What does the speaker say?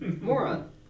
Moron